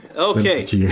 okay